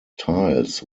tiles